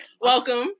welcome